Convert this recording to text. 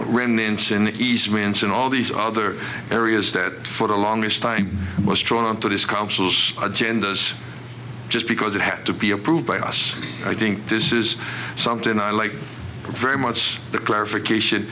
winds in all these other areas that for the longest time was drawn to these councils agendas just because it had to be approved by us i think this is something i like very much the clarification